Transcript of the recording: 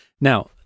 Now